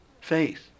faith